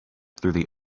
through